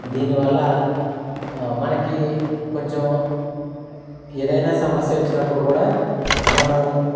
దీనివల్ల మనకి కొంచెం ఏదైనా సమస్య వచ్చినప్పుడు కూడా మనము